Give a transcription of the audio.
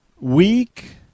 Weak